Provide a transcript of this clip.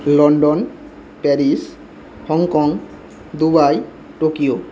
London Paris Hong Kong Dubai Tokyo